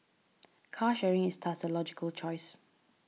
car sharing is thus a logical choice